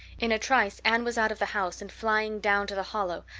in a trice anne was out of the house and flying down to the hollow,